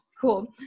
Cool